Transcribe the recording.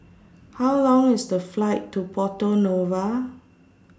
How Long IS The Flight to Porto Novo